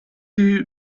sie